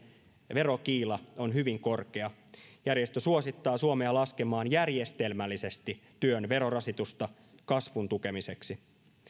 verokiila on hyvin korkea järjestö suosittaa suomea laskemaan järjestelmällisesti työn verorasitusta kasvun tukemiseksi